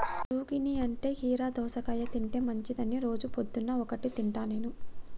zucchini అంటే కీరా దోసకాయ తింటే మంచిదని రోజు పొద్దున్న ఒక్కటి తింటా నేను